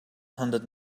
hundred